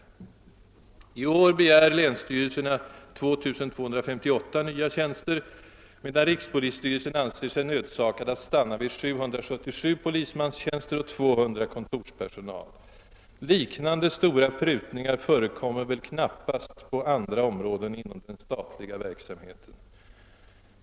I år begär länsstyrelserna 2258 nya tjänster, medan rikspolisstyrelsen anser sig nödsakad att stanna vid 777 polismanstjänster och 200 tjänster för kontorspersonal. Liknande stora prutningar förekommer väl knappast på andra områden inom den statliga verksamheten.